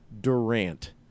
Durant